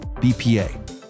BPA